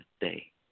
day